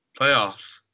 playoffs